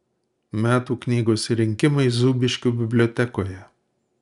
metų knygos rinkimai zūbiškių bibliotekoje